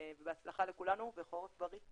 בהצלחה לכולנו וחורף בריא.